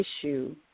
issue